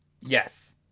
Yes